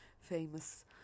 famous